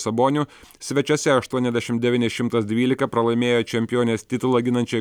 saboniu svečiuose aštuoniasdešim devyni šimtas dvylika pralaimėjo čempionės titulą ginančiai